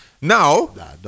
Now